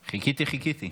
חיכיתי, חיכיתי.